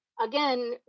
again